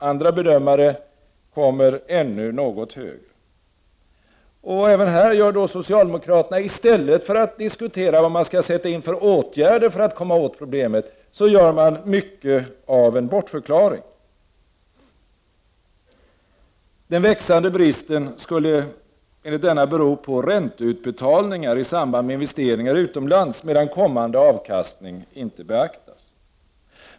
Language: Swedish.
Andra bedömare kommer ännu något högre. Även här kommer socialdemokraterna, i stället för att diskutera vilka åtgärder som skall vidtas för att lösa problemet, med en bortförklaring: den växande bristen skulle bero på ränteutbetalningar i samband med investeringar utomlands, medan kommande avkastning inte beaktas.